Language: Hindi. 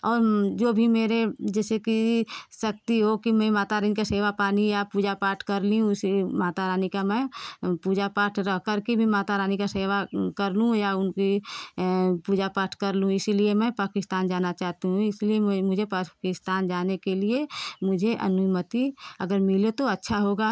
और जो भी मेरे जैसे कि शक्ति हो कि मैं माता रानी का सेवा पानी या पूजा पाठ कर ली वैसे माता रानी का मैं पूजा पाठ रह कर के भी माता रानी का सेवा कर लूँ या उनकी पूजा पाठ कर लूँ इसलिए मैं पकिस्तान जाना चाहती हूँ इसलिए मुझे पकिस्तान जाने के लिए मुझे अनुमति अगर मिले तो अच्छा होगा